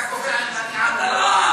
אתה קובע אם אני עם או לא?